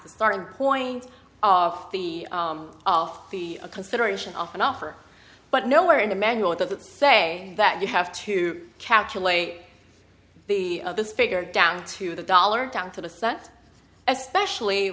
the starting point of the of the consideration often offer but nowhere in the manual does it say that you have to calculate the this figure down to the dollar down to the cent as specially